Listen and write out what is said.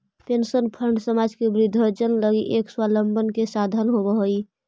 pension fund समाज के वृद्धजन लगी एक स्वाबलंबन के साधन होवऽ हई